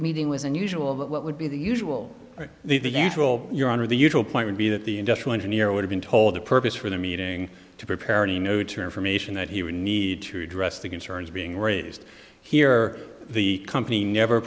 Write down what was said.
meeting was unusual but what would be the usual or the natural your honor the usual point would be that the industrial engineer would have been told the purpose for the meeting to prepare any notes or information that he would need to address the concerns being raised here the company never